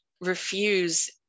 refuse